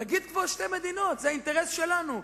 תגיד כבר שתי מדינות, זה האינטרס שלנו.